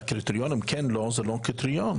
הקריטריון אם כן או לא, זה לא הקריטריון.